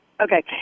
Okay